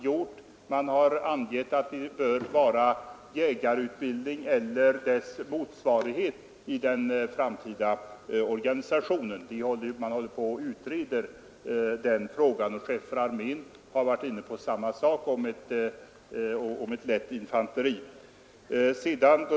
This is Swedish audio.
Jo, man har angivit att det bör vara jägarutbildning eller dess motsvarighet i den framtida organisationen — den frågan utreds för närvarande. Chefen för armén har varit inne på samma sak och talat om ett lätt infanteriförband.